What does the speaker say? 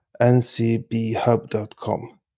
ncbhub.com